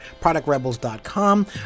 productrebels.com